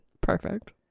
Perfect